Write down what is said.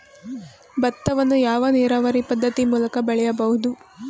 ಭತ್ತವನ್ನು ಯಾವ ನೀರಾವರಿ ಪದ್ಧತಿ ಮೂಲಕ ಬೆಳೆಯಬಹುದು?